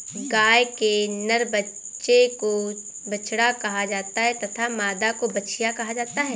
गाय के नर बच्चे को बछड़ा कहा जाता है तथा मादा को बछिया कहा जाता है